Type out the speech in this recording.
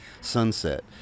Sunset